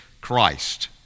Christ